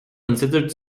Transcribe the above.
considered